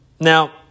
Now